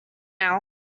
now